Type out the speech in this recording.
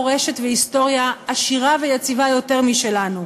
מורשת והיסטוריה עשירה ויציבה יותר משלנו.